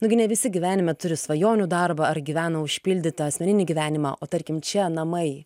nu gi ne visi gyvenime turi svajonių darbą ar gyvena užpildytą asmeninį gyvenimą o tarkim čia namai